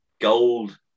gold